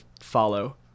follow